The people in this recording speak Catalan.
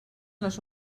les